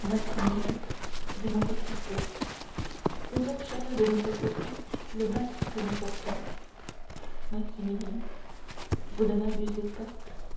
maximilien dit monte cristo posons chacun de notre côté le masque que nous portons maximilien vous ne m'abusez pas